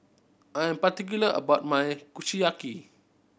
I am particular about my Kushiyaki